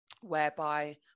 whereby